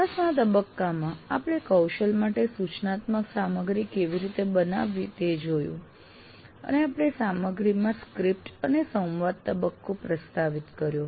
વિકાસના તબક્કામાં આપણે કૌશલ માટે સૂચનાત્મક સામગ્રી કેવી રીતે બનાવવી તે જોયું અને આપણે સામગ્રીમાં સ્ક્રિપ્ટ અને સંવાદ તબક્કો પ્રસ્તાવિત કર્યો